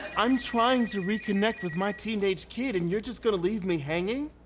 i'm trying to reconnect with my teenage kid and you're just gonna leave me hanging?